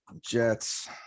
jets